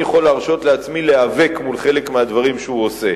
יכול להרשות לעצמי להיאבק מול חלק מהדברים שהוא עושה.